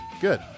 Good